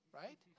right